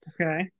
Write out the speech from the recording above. Okay